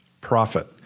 profit